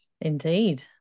Indeed